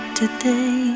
today